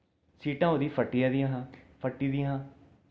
सीटां उ'दी फट्टी गेदियां हियां फट्टी दियां हां